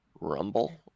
rumble